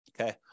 Okay